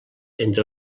entre